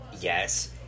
yes